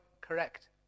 correct